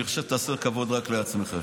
אני חושב שתעשה כבוד רק לעצמך.